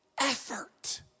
effort